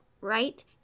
right